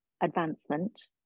advancement